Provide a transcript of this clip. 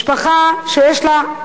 משפחה שיש לה,